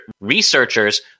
researchers